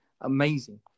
amazing